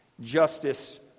Justice